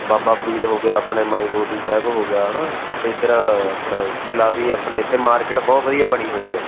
ਬਾਬਾ ਫਰੀਦ ਹੋ ਗਿਆ ਆਪਣੇ ਮਾਈ ਗੋਡੀ ਸਾਹਿਬ ਹੋ ਗਿਆ ਹੈ ਨਾ ਇੱਧਰ ਆਪਣਾ ਕਿਲ੍ਹਾ ਵੀ ਆਪਣੇ ਇੱਥੇ ਮਾਰਕੀਟ ਬਹੁਤ ਵਧੀਆ ਬਣੀ ਹੋਈ ਆ